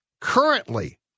currently